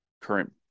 current